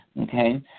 Okay